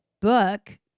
book